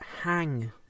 hang